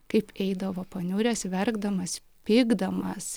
kaip eidavo paniuręs verkdamas pykdamas